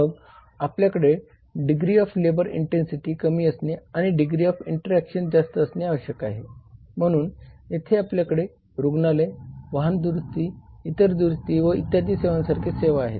मग आपल्याकडे degree of labour intensity कमी असणे आणि डिग्री ऑफ इंटरऍक्शन जास्त असणे आवश्यक आहे म्हणून येथे आपल्याकडे रुग्णालये वाहन दुरुस्ती इतर दुरुस्ती सेवा इत्यादींसारख्या सेवा आहेत